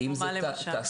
מה למשל?